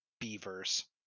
beavers